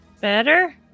Better